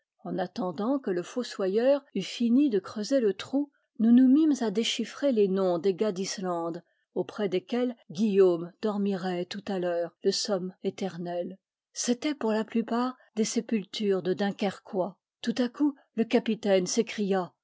en attendant que le fossoyeur eût fini de creuser le trou nous nous mîmes à déchiffrer les noms des gars d'islande auprès desquels guillaume dormirait tout à l'heure le somme éternel c'étaient pour la plupart des sépultures de dun kerquois tout à coup le capitaine s'écria